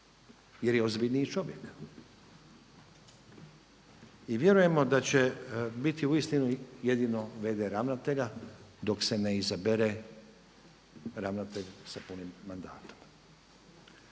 jer je ozbiljniji čovjek. I vjerujemo da će biti uistinu jedino v.d. ravnatelja dok se ne izabere ravnatelj sa punim mandatom.